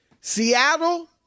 Seattle